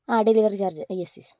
ആ delivery charge yes yes